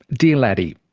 dear laddie,